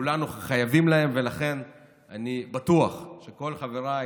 וכולנו חייבים להם, ולכן אני בטוח שכל חבריי